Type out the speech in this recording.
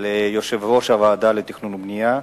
ליושב-ראש הוועדה לתכנון ובנייה,